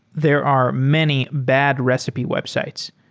there are many bad recipe websites.